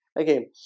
okay